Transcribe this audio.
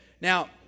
Now